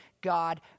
God